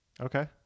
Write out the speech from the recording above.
Okay